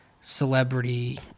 celebrity